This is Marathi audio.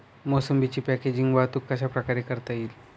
मोसंबीची पॅकेजिंग वाहतूक कशाप्रकारे करता येईल?